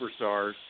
superstars